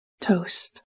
toast